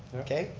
okay,